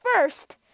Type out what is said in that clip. first